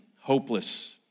hopeless